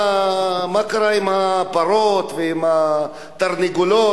מה קרה עם הפרות ועם התרנגולות?